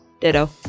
Ditto